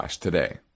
today